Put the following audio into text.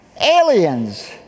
Aliens